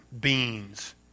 beans